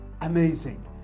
amazing